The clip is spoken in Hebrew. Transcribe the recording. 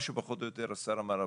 מה שפחות או יותר השר אמר.